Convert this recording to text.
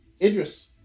idris